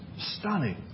stunning